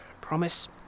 Promise